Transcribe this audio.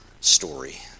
story